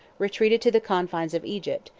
retreated to the confines of egypt,